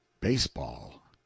baseball